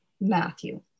Matthew